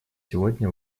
сегодня